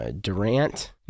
Durant